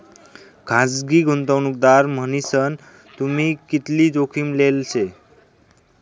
खासगी गुंतवणूकदार मन्हीसन तुम्ही कितली जोखीम लेल शे